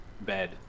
bed